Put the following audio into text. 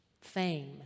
Fame